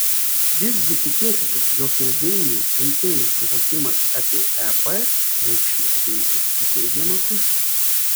visgi tikėtina jog ilgainiui rinkėjų suvokimas apie ep reikšmę keisis į teigiamą pusę